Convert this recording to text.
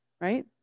Right